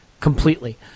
completely